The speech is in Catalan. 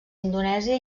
indonèsia